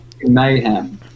Mayhem